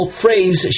phrase